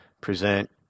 present